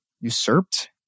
usurped